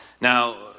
Now